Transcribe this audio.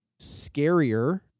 scarier